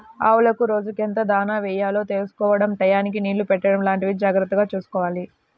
ఆవులకు రోజుకెంత దాణా యెయ్యాలో తెలుసుకోడం టైయ్యానికి నీళ్ళు పెట్టడం లాంటివి జాగర్తగా చూసుకోవాలి